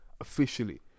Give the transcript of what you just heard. Officially